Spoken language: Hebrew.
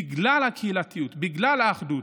בגלל הקהילתיות, בגלל האחדות.